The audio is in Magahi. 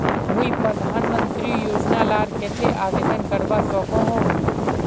मुई प्रधानमंत्री योजना लार केते आवेदन करवा सकोहो ही?